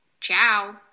Ciao